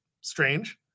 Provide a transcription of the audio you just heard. strange